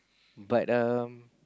but um